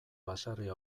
baserria